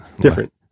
Different